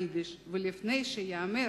היידיש, ולפני שיאמר: